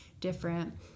different